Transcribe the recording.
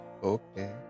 Okay